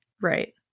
Right